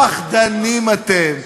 פחדנים אתם.